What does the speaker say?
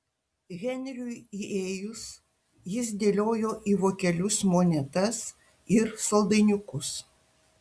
henriui įėjus jis dėliojo į vokelius monetas ir saldainiukus